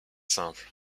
simple